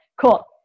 Cool